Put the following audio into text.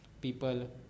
People